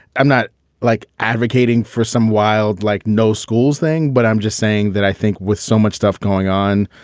i'm not like advocating for some wild like no schools thing, but i'm just saying that i think with so much stuff going on,